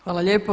Hvala lijepo.